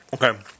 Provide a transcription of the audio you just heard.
Okay